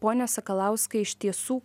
pone sakalauskai iš tiesų